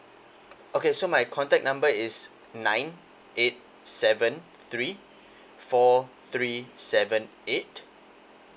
okay so my contact number is nine eight seven three four three seven eight